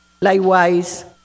Likewise